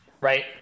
right